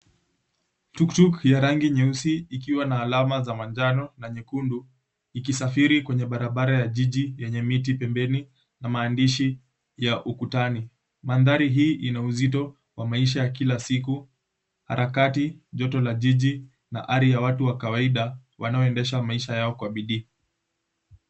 Tuktuk ya rangi nyeusi ikiwa na alama za manjano na nyekundu ikisafiri kwenye barabara ya jiji yenye miti pembeni na maandishi ya ukutani. Maandhari hii ina uzito wa maisha ya kila siku, harakati, joto la jiji na ari ya watu wa kawaida wanaoendesha maisha yao kwa bidii.